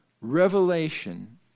revelation